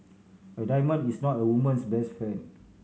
a diamond is not a woman's best friend